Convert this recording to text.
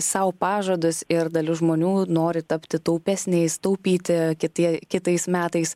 sau pažadus ir dalis žmonių nori tapti taupesniais taupyti kitie kitais metais